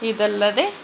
ಇದಲ್ಲದೆ